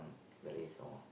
very some more